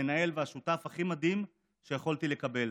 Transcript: המנהל והשותף הכי מדהים שיכולתי לקבל,